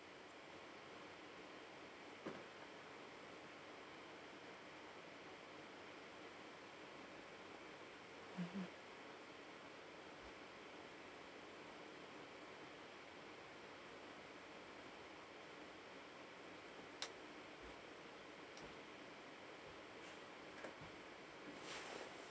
mmhmm